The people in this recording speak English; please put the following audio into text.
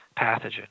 pathogen